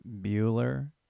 Bueller